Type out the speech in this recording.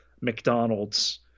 McDonald's